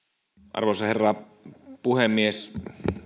arvoisa herra puhemies